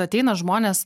ateina žmonės